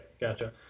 gotcha